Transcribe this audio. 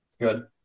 Good